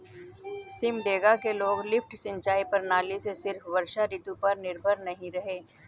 सिमडेगा के लोग लिफ्ट सिंचाई प्रणाली से सिर्फ वर्षा ऋतु पर निर्भर नहीं रहे